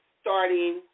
starting